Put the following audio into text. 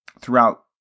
throughout